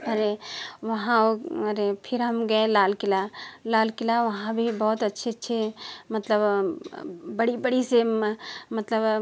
अरे वहाँ वो अरे फिर हम गए लाल किला लाला किला वहाँ भी बहुत अच्छी अच्छी मतलब बड़ी बड़ी सेम मतलब